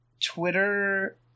Twitter